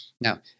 Now